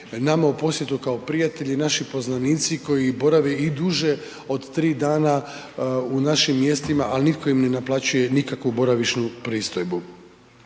nama u posjetu kao prijatelji i naši poznanici koji borave i duže od 3 dana u našim mjestima, al nitko im ne naplaćuju nikakvu boravišnu pristojbu.